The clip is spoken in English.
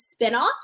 spinoffs